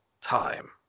time